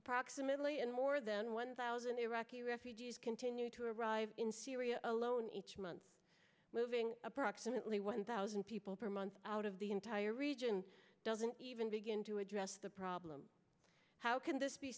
approximately and more than one thousand iraqi refugees continue to arrive in syria alone each month moving approximately one thousand people per month out of the entire region doesn't even begin to address the problem how can this be